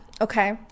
okay